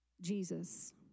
Jesus